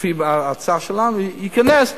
לפי ההצעה שלנו ייכנס,